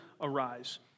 arise